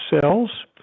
cells